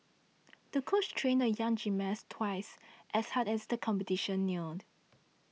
the coach trained the young gymnast twice as hard as the competition neared